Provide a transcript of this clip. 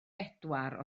bedwar